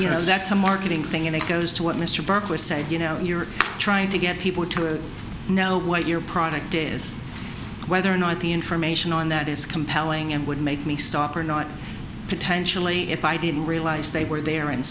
you know that some marketing thing and it goes to what mr burke was said you know and you try to get people to know what your product is whether or not the information on that is compelling and would make me stop or not potentially if i didn't realize they were there and